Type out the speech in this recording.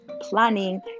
planning